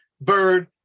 Bird